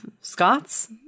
Scots